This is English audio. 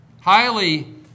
highly